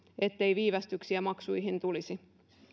ettei viivästyksiä maksuihin tulisi